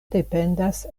dependas